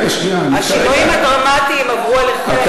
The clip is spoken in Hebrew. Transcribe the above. השינויים הדרמטיים עברו עליכם.